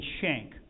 shank